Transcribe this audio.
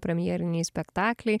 premjeriniai spektakliai